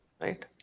right